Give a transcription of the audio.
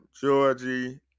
Georgie